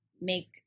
make